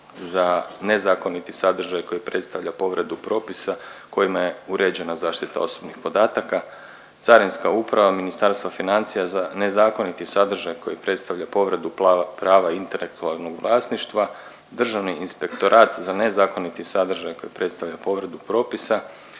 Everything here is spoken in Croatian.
za nezakoniti sadržaj koji predstavlja povredu propisa kojima je uređena zaštita osobnih podataka, Carinska uprava Ministarstva financija za nezakoniti sadržaj koji predstavlja povredu prava intelektualnog vlasništva, Državni inspektorat za nezakoniti sadržaj koji predstavlja povredu propisa